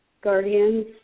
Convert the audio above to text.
guardians